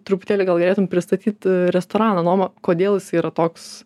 truputėlį gal galėtum pristatyt restoraną nuoma kodėl jisai yra toks